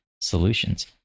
Solutions